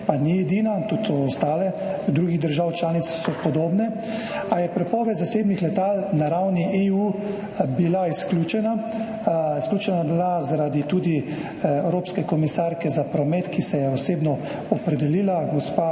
pa ni edina, tudi v drugih državah članicah so podobne, a je bila prepoved zasebnih letal na ravni EU izključena. Izključena je bila zaradi tudi evropske komisarke za promet, ki se je osebno opredelila, gospa